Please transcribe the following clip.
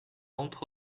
entre